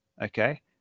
okay